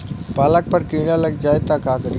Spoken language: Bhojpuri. पालक पर कीड़ा लग जाए त का करी?